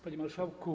Panie Marszałku!